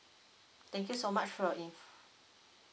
thank you so much for your in~